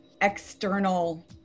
external